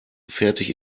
fertig